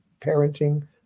parenting